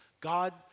God